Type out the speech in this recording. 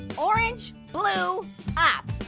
orange blue up.